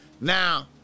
Now